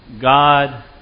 God